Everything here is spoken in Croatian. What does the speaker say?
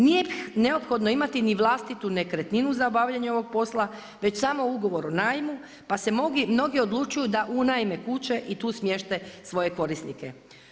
Nije neophodno imati ni vlastitu nekretninu za obavljanje ovog posla već samo ugovor o najmu, pa se mnogi odlučuju da unajme kuće i tu smjeste svoje korisnike.